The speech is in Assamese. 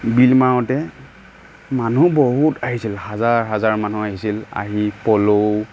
বিল মাৰোঁতে মানুহ বহুত আহিছিল হাজাৰ হাজাৰ মানুহ আহিছিল আহি পল'